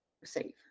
receive